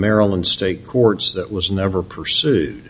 maryland state courts that was never pursued